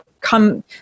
come